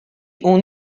اون